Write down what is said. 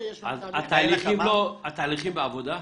התהליכים בעבודה?